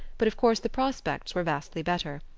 but of course the prospects were vastly better.